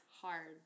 hard